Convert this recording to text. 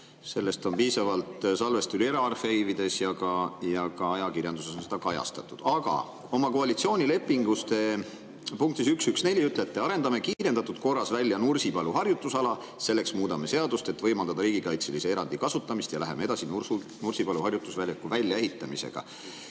Sellest on piisavalt salvestusi eraarhiivides ja ka ajakirjanduses on seda kajastatud. Aga oma koalitsioonilepingu punktis 1.1.4 te ütlete: "[---] arendame kiirendatud korras välja Nursipalu harjutusala. Selleks muudame seadust, et võimaldada riigikaitselise erandi kasutamist, ja läheme edasi Nursipalu harjutusväljaku väljaehitamisega."